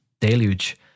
deluge